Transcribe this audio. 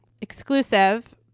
exclusive